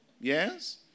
yes